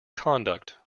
conduct